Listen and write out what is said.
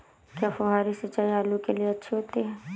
क्या फुहारी सिंचाई आलू के लिए अच्छी होती है?